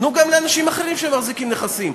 תנו גם לאנשים אחרים שמחזיקים נכסים.